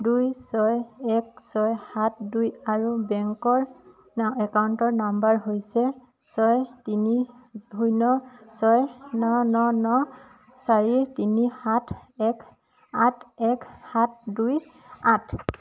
দুই ছয় এক ছয় সাত দুই আৰু বেংকৰ একাউণ্টৰ নম্বৰ হৈছে ছয় তিনি শূন্য ছয় ন ন ন চাৰি তিনি সাত এক আঠ এক সাত দুই আঠ